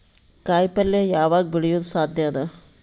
ಕಾಯಿಪಲ್ಯ ಯಾವಗ್ ಬೆಳಿಯೋದು ಸಾಧ್ಯ ಅದ?